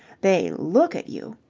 they look at you!